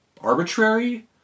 arbitrary